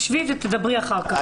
שבי ותדברי אחר כך.